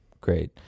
Great